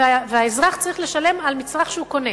והאזרח צריך לשלם על מצרך שהוא קונה